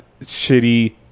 shitty